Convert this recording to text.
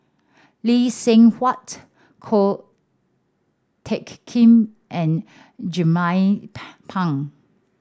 Lee Seng Huat Ko Teck Kin and Jernnine Pang